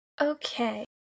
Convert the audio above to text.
Okay